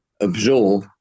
absorb